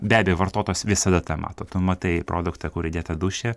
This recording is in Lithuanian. be abejo vartotojas visada tai mato tu matai produktą kur įdėta dūšia